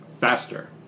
Faster